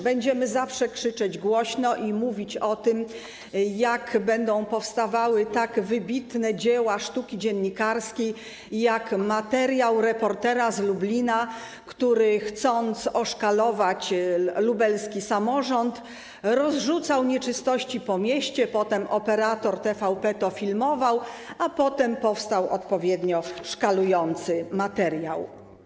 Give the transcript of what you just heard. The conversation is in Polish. Będziemy zawsze krzyczeć głośno i o tym mówić, jeśli będą powstawały tak wybitne dzieła sztuki dziennikarskiej jak materiał reportera z Lublina, który chcąc oszkalować lubelski samorząd, rozrzucał nieczystości po mieście, potem operator TVP to filmował, a potem powstał odpowiednio szkalujący materiał.